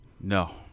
no